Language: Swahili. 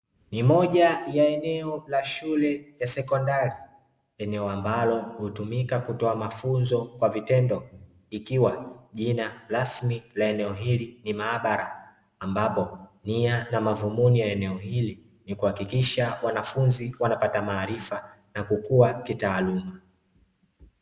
Ni moja ya eneo la shule ya sekondari, eneo ambalo hutumika kutoa mafunzo kwa vitendo ikiwa jina rasmi la eneo hili ni maabara, ambapo nia na madhumuni ya eneo hili ni kuhakikisha wanafunzi wanapata maarifa na kukua kitaaluma.